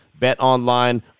BetOnline